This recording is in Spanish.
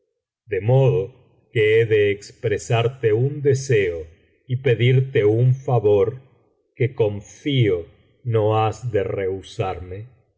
de modo que he de expresarte un deseo y pedirte un favor que confío no has de rehusarme